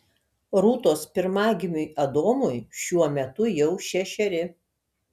rūtos pirmagimiui adomui šiuo metu jau šešeri